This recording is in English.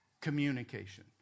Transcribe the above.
communication